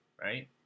right